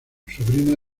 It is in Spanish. sobrina